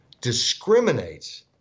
discriminates